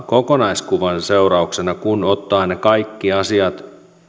kokonaiskuvan seurauksena kun ottaa ne kaikki asiat